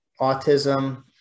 autism